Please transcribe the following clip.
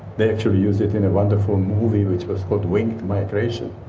they actually used it in a wonderful movie which was called winged migration.